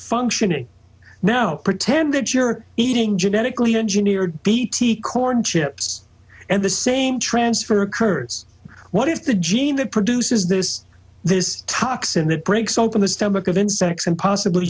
functioning now pretend that you're eating genetically engineered bt corn chips and the same transfer occurs what if the gene that produces this this toxin that breaks open the stomach of insects and possibly